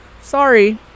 Sorry